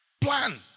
Plan